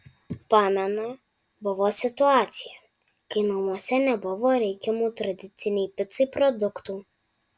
pamenu buvo situacija kai namuose nebuvo reikiamų tradicinei picai produktų